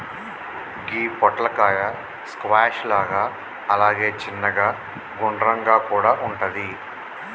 గి పొట్లకాయ స్క్వాష్ లాగా అలాగే చిన్నగ గుండ్రంగా కూడా వుంటది